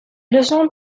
leçons